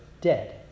Dead